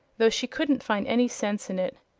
though she couldn't find any sense in it.